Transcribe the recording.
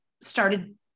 started